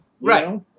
right